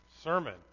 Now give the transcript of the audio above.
sermon